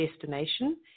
destination